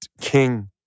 king